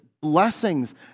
blessings